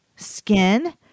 Skin